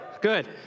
Good